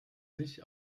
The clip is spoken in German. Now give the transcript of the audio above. sich